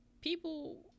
people